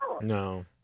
No